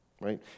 right